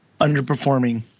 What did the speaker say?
underperforming